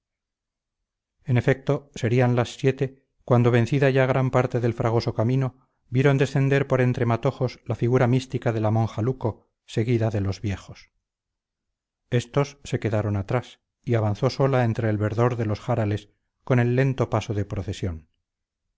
en efecto serían las siete cuando vencida ya gran parte del fragoso camino vieron descender por entre matojos la figura mística de la monja luco seguida de los viejos estos se quedaron atrás y avanzó sola entre el verdor de los jarales con lento paso de procesión